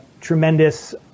tremendous